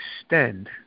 extend